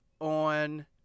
on